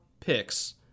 picks